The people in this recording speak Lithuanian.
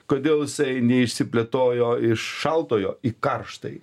kodėl jisai neišsiplėtojo iš šaltojo į karštąjį